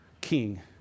king